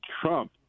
trump